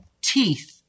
teeth